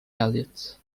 elliott